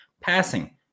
Passing